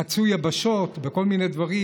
חצו יבשות וכל מיני דברים,